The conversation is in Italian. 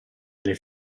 delle